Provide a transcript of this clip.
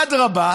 אדרבה,